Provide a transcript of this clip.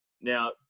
now